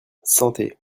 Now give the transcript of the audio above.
santé